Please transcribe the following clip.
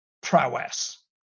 prowess